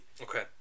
Okay